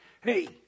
Hey